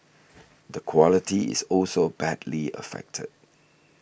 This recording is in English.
the quality is also badly affected